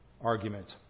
argument